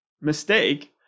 mistake